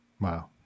Wow